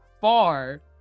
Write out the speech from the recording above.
far